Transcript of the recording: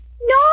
No